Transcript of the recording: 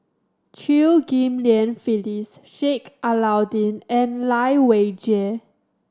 Chew Ghim Lian Phyllis Sheik Alau'ddin and Lai Weijie